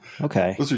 okay